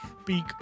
speak